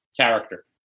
character